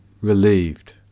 relieved